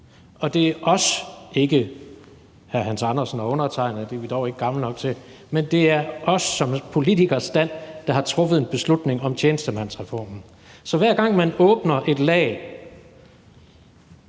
Og det er os – ikke hr. Hans Andersen og undertegnede, for det er vi dog ikke gamle nok til – som politikerstand, der har truffet en beslutning om tjenestemandsreformen. Så hver gang man åbner et lag,